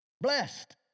Blessed